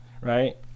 right